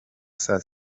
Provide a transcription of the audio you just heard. saa